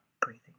breathing